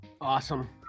Awesome